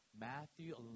Matthew